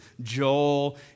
Joel